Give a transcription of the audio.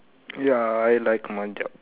ya I like my job